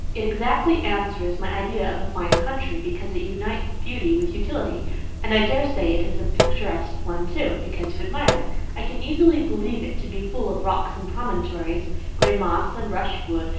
it exactly answers my idea of a fine country, because it unites beauty with utility and i dare say it is a picturesque one too, because you admire it i can easily believe it to be full of rocks and promontories, grey moss and brush wood,